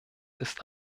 ist